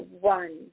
one